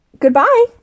Goodbye